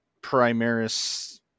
Primaris